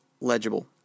legible